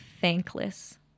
thankless